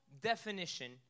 definition